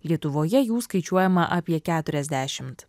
lietuvoje jų skaičiuojama apie keturiasdešimt